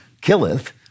killeth